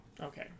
Okay